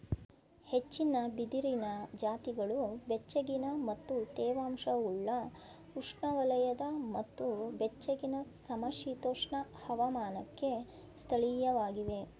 ಹೆಚ್ಚಿನ ಬಿದಿರಿನ ಜಾತಿಗಳು ಬೆಚ್ಚಗಿನ ಮತ್ತು ತೇವಾಂಶವುಳ್ಳ ಉಷ್ಣವಲಯದ ಮತ್ತು ಬೆಚ್ಚಗಿನ ಸಮಶೀತೋಷ್ಣ ಹವಾಮಾನಕ್ಕೆ ಸ್ಥಳೀಯವಾಗಿವೆ